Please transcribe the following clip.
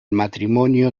matrimonio